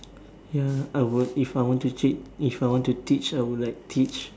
ya I would if I want to cheat if I want to teach I would like teach